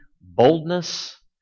boldness